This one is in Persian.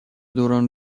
دوران